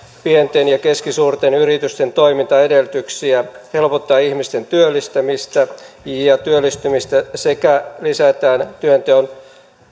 pienten ja keskisuurten yritysten toimintaedellytyksiä helpotetaan ihmisten työllistämistä ja ja työllistymistä sekä lisätään työnteon